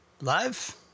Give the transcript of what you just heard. Live